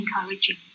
encouraging